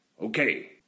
Okay